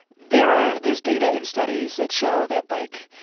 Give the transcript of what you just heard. there are there's data and studies that show that, like,